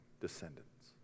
descendants